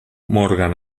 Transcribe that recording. morgan